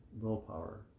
willpower